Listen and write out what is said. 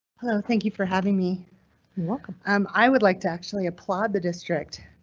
hello, thank you for having me welcome. um i would like to actually applaud the district